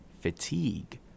fatigue